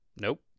Nope